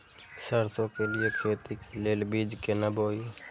सरसों के लिए खेती के लेल बीज केना बोई?